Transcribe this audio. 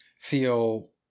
feel